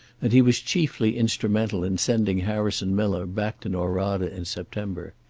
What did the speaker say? and he was chiefly instrumental in sending harrison miller back to norada in september.